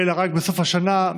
אלא רק בסוף השנה,